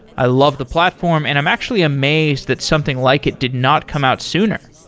i love the platform and i'm actually amazed that something like it did not come out sooner.